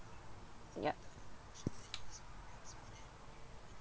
yup